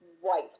white